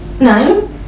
No